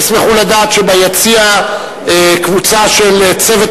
תשמחו לדעת שביציע נמצאת קבוצה של צוות